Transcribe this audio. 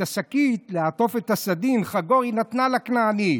את השקית לעטוף את הסדין, חגור, היא נתנה לכנעני.